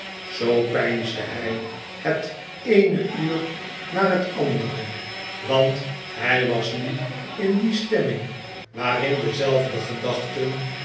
zoo peinsde hij het eene aiur na het andere want hij was nu in die stemming waarin dezelfde gedachten